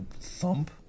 thump